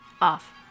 Off